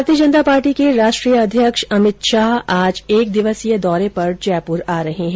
भारतीय जनता पार्टी के राष्ट्रीय अध्यक्ष अमित शाह आज एक दिवसीय दौरे पर जयप्र आ रहे हैं